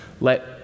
Let